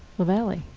lavalley?